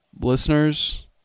listeners